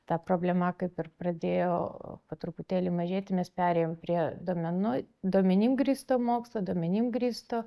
ta problema kaip ir pradėjo po truputėlį mažėti nes perėjom prie duomenų duomenim grįsto mokslo duomenim grįsto